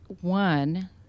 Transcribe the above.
One